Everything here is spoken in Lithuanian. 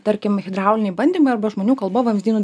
tarkim hidrauliniai bandymai arba žmonių kalba vamzdynų